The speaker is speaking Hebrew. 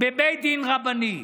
בבית דין רבני,